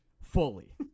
fully